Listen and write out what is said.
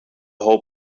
whole